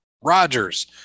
Rodgers